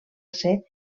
ser